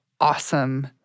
awesome